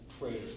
Prayers